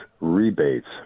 rebates